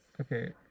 Okay